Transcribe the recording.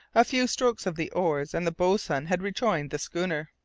a few strokes of the oars and the boatswain had rejoined the schooner.